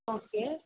okay